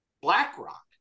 BlackRock